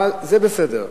אבל זה בסדר.